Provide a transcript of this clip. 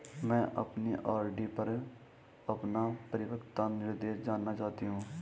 मैं अपनी आर.डी पर अपना परिपक्वता निर्देश जानना चाहती हूँ